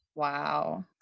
Wow